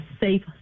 safe